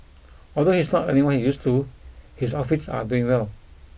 although he is not earning what he used to his outfits are doing well